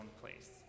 place